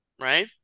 right